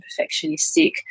perfectionistic